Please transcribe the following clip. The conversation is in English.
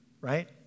right